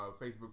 Facebook